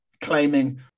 claiming